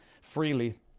freely